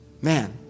Man